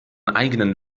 eigenen